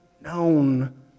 known